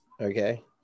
okay